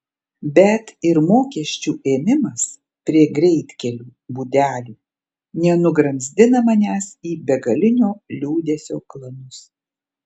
bet ir mokesčių ėmimas prie greitkelių būdelių nenugramzdina manęs į begalinio liūdesio klanus